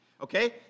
Okay